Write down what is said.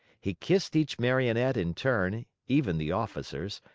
he kissed each marionette in turn, even the officers,